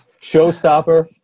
Showstopper